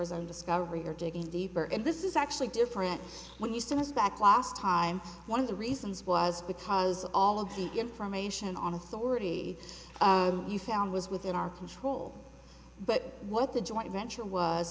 his own discovery or digging deeper and this is actually different when used in his back last time one of the reasons was because all of the information on authority you found was within our control but what the joint venture was